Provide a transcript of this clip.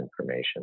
information